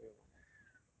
ya favourite year of my life